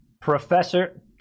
Professor